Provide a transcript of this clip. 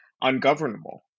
ungovernable